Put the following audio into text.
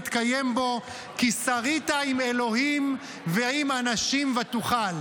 יתקיים בו "כי שרית עם אלהים ועם אנשים ותוכל".